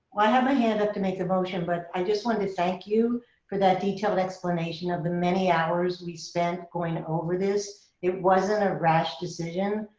i have my hand up to make the motion, but i just wanted to thank you for that detailed explanation of the many hours we spent going over this. it wasn't a rash decision.